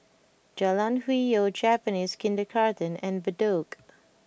Jalan Hwi Yoh Japanese Kindergarten and Bedok